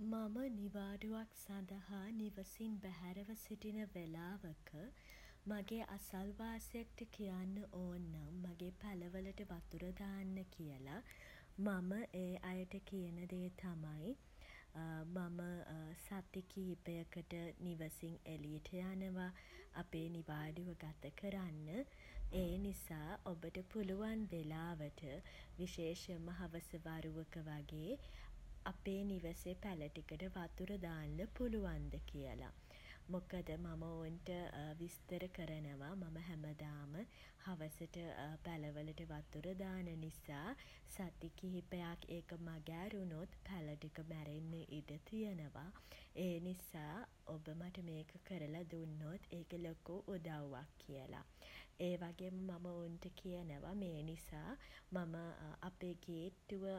මම නිවාඩුවක් සඳහා නිවසින් බැහැරව සිටින වෙලාවක මගේ අසල්වාසියෙක්ට කියන්න ඕන් නම් මගේ පැළ වලට වතුර දාන්න කියලා මම ඒ අයට කියන දේ තමයි මම සති කීපයකට නිවසින් එළියට යනවා අපේ නිවාඩුව ගත කරන්න. ඒ නිසා ඔබට පුළුවන් වෙලාවට විශේෂෙන්ම හවස වරුවක වගේ අපේ නිවසේ පැළ ටිකට වතුර දාන්න පුලුවන්ද කියලා. මොකද මම ඔවුන්ට විස්තර කරනවා මම හැමදාම හවසට පැළ වලට වතුර දාන නිසා සති කිහිපයක් ඒක මඟ ඇරුණොත් පැළ ටික මැරෙන්න ඉඩ තියෙනවා. ඒ නිසා ඔබ මට මේක කරලා දුන්නොත් ඒක ලොකූ උදව්වක් කියලා. ඒ වගේම මම ඔවුන්ට කියනවා ඒ නිසා මම අපේ ගේට්ටුව